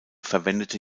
verwendete